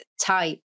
type